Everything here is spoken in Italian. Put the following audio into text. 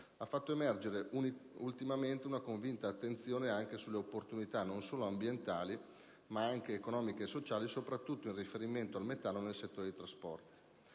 ha fatto emergere, ultimamente, una convinta attenzione anche sulle opportunità, non solo ambientali, ma anche economiche e sociali, soprattutto in riferimento al metano nel settore dei trasporti.